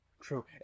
true